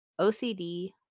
OCD